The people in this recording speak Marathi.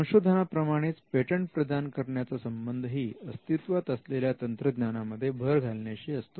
संशोधना प्रमाणेच पेटंट प्रदान करण्याचा संबंध ही अस्तित्वात असलेल्या तंत्रज्ञानामध्ये भर घालण्याशी असतो